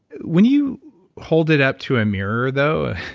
when you hold it up to a mirror though,